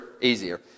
easier